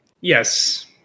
yes